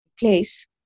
place